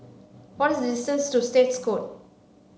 what is the distance to State Courts